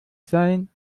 sein